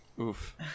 Oof